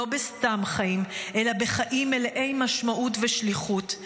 לא בסתם חיים, אלא בחיים מלאי משמעות ושליחות.